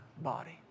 body